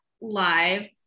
live